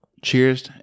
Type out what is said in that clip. Cheers